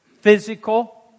physical